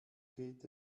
geht